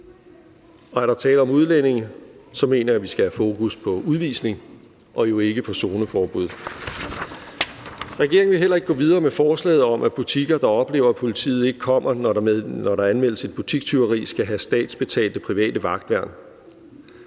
Er der tale om udlændinge, mener jeg, vi skal have fokus på udvisning og ikke på zoneforbud. Regeringen vil heller ikke gå videre med forslaget om, at butikker, der oplever, at politiet ikke kommer, når der anmeldes et butikstyveri, skal have statsbetalte private vagtværn.